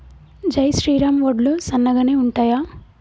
జై శ్రీరామ్ వడ్లు సన్నగనె ఉంటయా?